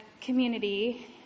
community